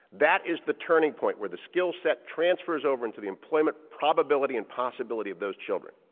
that is the turning point where the skill set transfers over into the employment probability and possibility of those children.